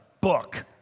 book